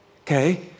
okay